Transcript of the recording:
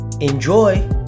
Enjoy